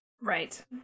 right